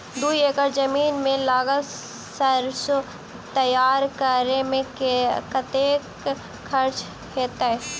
दू एकड़ जमीन मे लागल सैरसो तैयार करै मे कतेक खर्च हेतै?